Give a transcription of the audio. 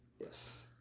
Yes